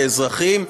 כאזרחים,